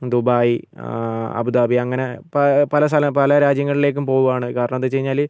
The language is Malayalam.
ദുബായ് അബുദാബി അങ്ങനെ ഇപ്പം പല സ്ഥല പല രാജ്യങ്ങളിലേക്കും പോകുവാണ് കാരണം എന്താന്ന് വെച്ച് കഴിഞ്ഞാൽ